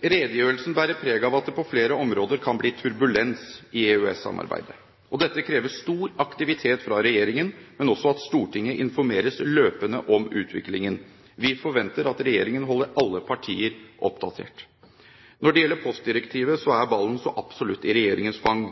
Redegjørelsen bærer preg av at det på flere områder kan bli turbulens i EØS-samarbeidet. Dette krever stor aktivitet fra regjeringen, men også at Stortinget informeres løpende om utviklingen. Vi forventer at regjeringen holder alle partier oppdatert. Når det gjelder postdirektivet, er ballen så absolutt i regjeringens fang,